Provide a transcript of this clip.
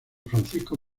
francisco